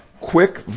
Quick